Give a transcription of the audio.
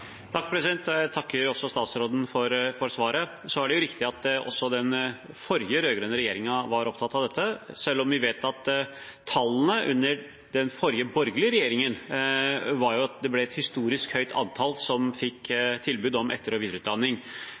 Jeg takker statsråden for svaret. Det er riktig at også den forrige rød-grønne regjeringen var opptatt av dette, selv om vi vet at tallene under den forrige borgerlige regjeringen viste at det ble et historisk høyt antall som fikk tilbud om etter- og videreutdanning